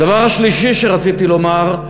הדבר השלישי שרציתי לומר,